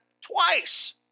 twice